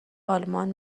آلمان